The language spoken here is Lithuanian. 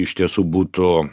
iš tiesų būtų